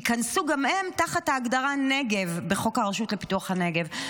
ייכנסו גם הם תחת ההגדרה "נגב" בחוק הרשות לפיתוח הנגב,